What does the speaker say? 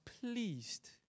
pleased